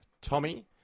Tommy